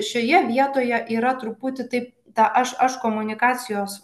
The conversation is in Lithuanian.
šioje vietoje yra truputį taip ta aš aš komunikacijos